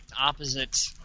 opposite